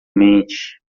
mente